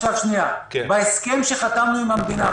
בהסכם שחתמנו עם המדינה,